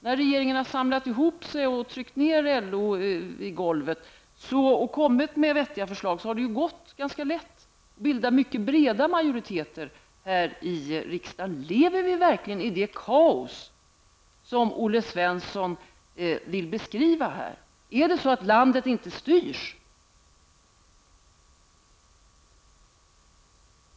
När regeringen har samlat ihop sig, tryckt ned LO i golvet och lagt fram vettiga förslag, då har det ju gått ganska lätt att få breda majoriteter i riksdagen. Lever vi verkligen i det kaos som Olle Svensson vill beskriva här? Är det så att landet inte styrs?